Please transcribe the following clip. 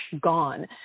gone